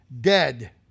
dead